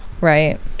right